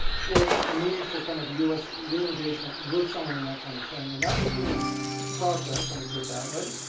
and a need for kind of a us re-engagement with someone in that kind of thing, and that was being processed, let me put it that way,